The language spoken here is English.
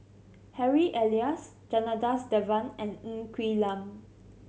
Harry Elias Janadas Devan and Ng Quee Lam